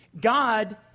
God